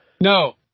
No